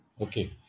Okay